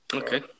okay